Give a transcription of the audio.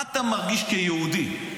מה אתה מרגיש כיהודי?